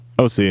OC